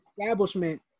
establishment